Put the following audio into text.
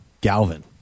Galvin